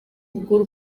bw’u